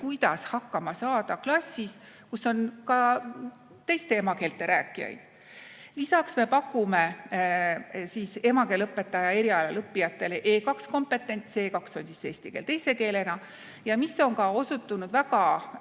kuidas hakkama saada klassis, kus on ka teiste emakeelte rääkijaid. Lisaks me pakume emakeeleõpetaja erialal õppijatele E2 kompetentsi. E2 on eesti keel teise keelena. Ja väga